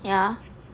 ya